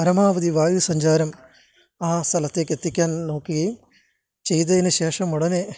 പരമാവധി വായുസഞ്ചാരം ആ സ്ഥലത്തേക്ക് എത്തിക്കാൻ നോക്കുകയും ചെയ്തതിനുശേഷം ഉടനെ